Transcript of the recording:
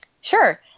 Sure